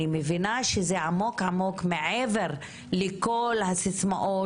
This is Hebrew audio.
אני מבינה שזה עמוק מעבר לכל הסיסמאות